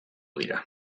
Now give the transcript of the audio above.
dira